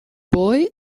boy